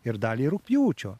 ir dalį rugpjūčio